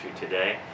today